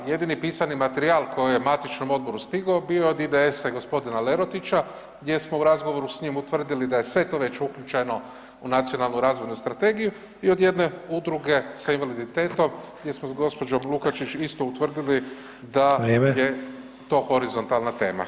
Jedini pisani materijal koji je matičnom odboru stigao bio je od IDS-a gospodina Lerotića gdje smo u razgovoru s njim utvrdili da je sve to već uključeno u nacionalnu razvojnu strategiju i od jedne udruge sa invaliditetom gdje smo sa gospođom Lukačić isto ustvrdili da je [[Upadica: Vrijeme.]] to horizontalna tema.